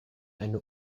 eine